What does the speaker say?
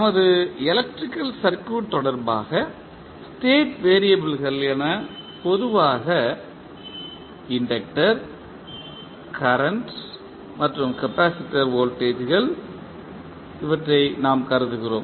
நமது electrical circuit தொடர்பாக state வெறியபிள்கள் என பொதுவாக இன்டக்டர் கரண்ட் மற்றும் கெபாசிடர் வோல்டேஜ்கள் நாம் கருதுகிறோம்